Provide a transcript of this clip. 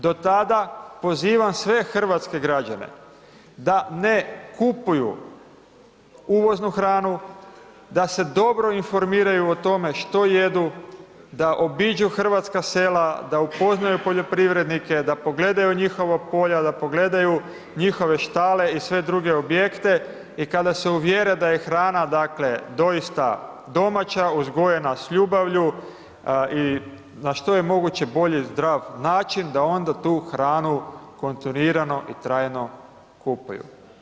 Do tada, pozivam sve hrvatske građane, da ne kupuju uvoznu hranu, da se dobro informiraju o tome, što jedu, da obiđu hrvatska sela, da upoznaju poljoprivrednike, da pogledaju njihova polja, da pogledaju njihove štale i sve druge objekte i kada se uvjere, da je hrana dakle, doista domaća, uzgojena s ljubavlju i na što je moguće bolje zdrav način, da onda tu hranu, kontinuirano i trajno kupuju.